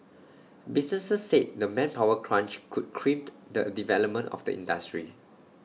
businesses said the manpower crunch could crimp the development of the industry